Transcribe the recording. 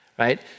right